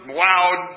loud